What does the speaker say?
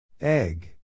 Egg